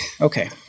Okay